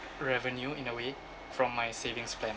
revenue in a way from my savings plan